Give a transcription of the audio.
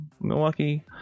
milwaukee